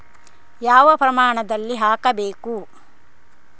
ಯಾವ ಪ್ರಮಾಣದಲ್ಲಿ ಹಾಕಬೇಕು?